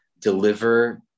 deliver